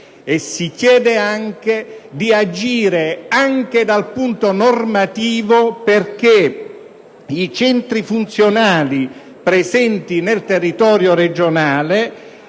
Si chiede altresì di agire anche dal punto di vista normativo perché i centri funzionali presenti nel territorio regionale